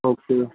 okay